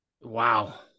wow